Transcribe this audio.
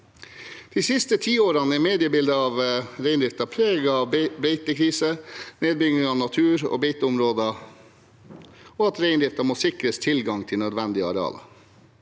De siste tiårene har mediebildet av reindriften vært preget av beitekrise, nedbygging av natur og beiteområder, og at reindriften må sikres tilgang til nødvendige arealer.